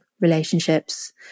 relationships